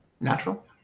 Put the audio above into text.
Natural